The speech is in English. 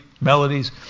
melodies